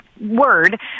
word